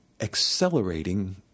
accelerating